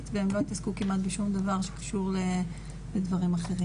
והם לא התעסקו בשום דבר שקשור בדברים אחרים.